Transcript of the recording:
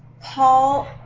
Paul